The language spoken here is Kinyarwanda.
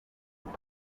dore